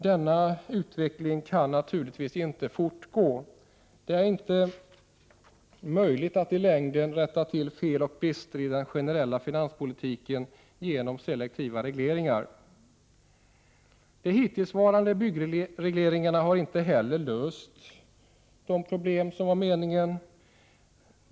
Denna utveckling kan naturligtvis inte fortgå. Det är inte möjligt att i längden rätta till fel och brister i den generella finanspolitiken genom selektiva regleringar. De hittillsvarande byggregleringarna har inte heller löst några problem så som var meningen.